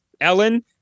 Ellen